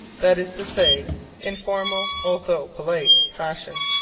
that is to say in formal, although polite, fashion.